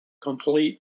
complete